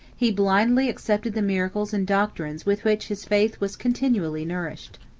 he blindly accepted the miracles and doctrines with which his faith was continually nourished.